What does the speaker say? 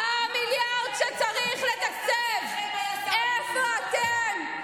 את ה-4 מיליארד שצריך לתקצב, איפה אתם?